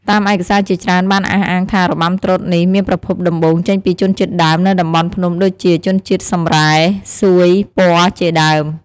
តាមឯកសារជាច្រើនបានអះអាងថា របាំត្រុដិនេះមានប្រភពដំបូងចេញពីជនជាតិដើមនៅតំបន់ភ្នំដូចជា ជនជាតិសម្រែ សួយ ព័រជាដើម ។